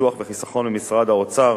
ביטוח וחיסכון במשרד האוצר